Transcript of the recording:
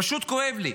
פשוט כואב לי.